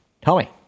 Tommy